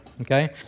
okay